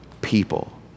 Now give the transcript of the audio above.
people